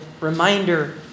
reminder